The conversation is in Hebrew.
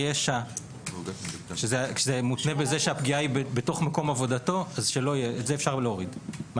כשזה מותנה שהפגיעה היא בתוך מקום עבודתו להוריד.